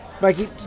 Mikey